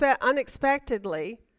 unexpectedly